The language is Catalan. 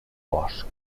bosc